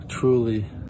truly